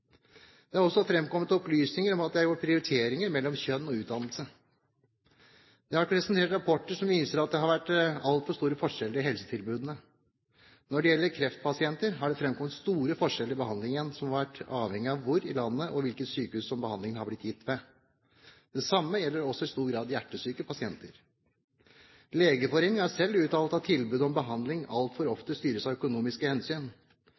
Det har også fremkommet opplysninger om at det er gjort prioriteringer mellom kjønn og utdannelse. Det har vært presentert rapporter som viser at det har vært altfor store forskjeller i helsetilbudene. Når det gjelder kreftpasienter, har det fremkommet store forskjeller i behandlingen. Den har vært avhengig av hvor i landet man bor, og ved hvilke sykehus behandlingen har blitt gitt. Det samme gjelder også i stor grad hjertesyke pasienter. Legeforeningen har selv uttalt at tilbud om behandling altfor ofte styres av økonomiske hensyn.